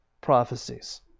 prophecies